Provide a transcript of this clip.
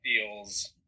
feels